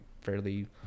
fairly